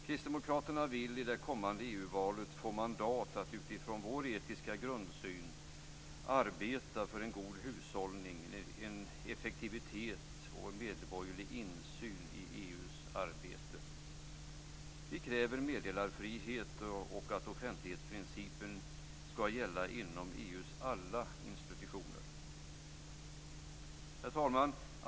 Kristdemokraterna vill i det kommande EU-valet få mandat att utifrån vår etiska grundsyn arbeta för god hushållning, effektivitet och medborgerlig insyn i EU:s arbete. Vi kräver meddelarfrihet och att offentlighetsprincipen skall gälla inom alla EU:s institutioner. Herr talman!